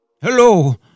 Hello